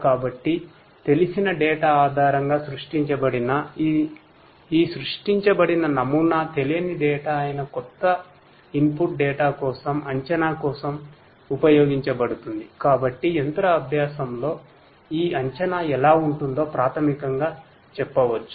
కాబట్టి machine learning లో ఈ అంచనా ఎలా ఉంటుందో ప్రాథమికంగా చెప్పవచ్చు